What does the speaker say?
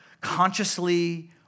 consciously